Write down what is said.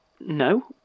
no